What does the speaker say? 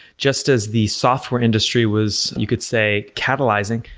just as the software industry was, you could say, catalyzing,